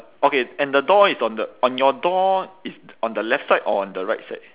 okay and the door it's on the on your door it's on the left side or on the right side